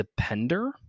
depender